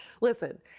Listen